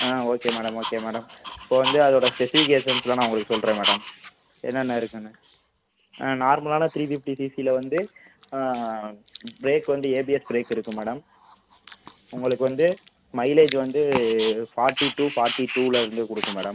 ஆ okay madam okay madam இப்போது வந்து அதோடய ஸ்பெசிஃபிகேஷன்ஸ்லாம் நான் உங்களுக்கு சொல்கிறேன் மேடம் என்னான்ன இருக்குன்னு நார்மலான த்ரீ ஃபிஃப்டி சிசில வந்து ப்ரேக் வந்து ஏபிஎஸ் ப்ரேக்கு இருக்கும் மேடம் உங்களுக்கு வந்து மைலேஜ் வந்து ஃபார்ட்டி டூ ஃபார்ட்டி டூலேருந்து கொடுக்கும் மேடம்